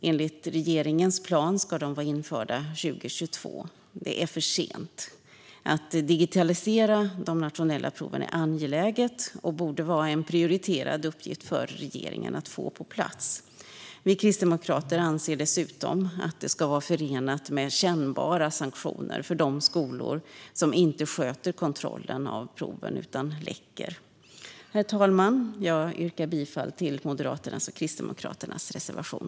Enligt regeringens plan ska den alltså vara införd 2022. Det är för sent. Att digitalisera de nationella proven är angeläget, och det borde vara en prioriterad uppgift för regeringen att få detta på plats. Vi kristdemokrater anser dessutom att det ska vara förenat med kännbara sanktioner för de skolor som inte sköter kontrollen av proven utan läcker. Herr talman! Jag yrkar bifall till Moderaternas och Kristdemokraternas reservation.